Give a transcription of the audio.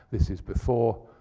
this is before,